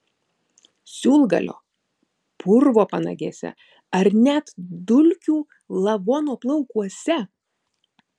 siūlgalio purvo panagėse ar net dulkių lavono plaukuose